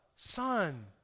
Son